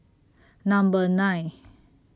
Number nine